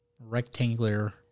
rectangular